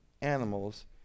animals